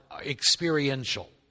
experiential